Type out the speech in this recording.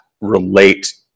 relate